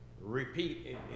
repeat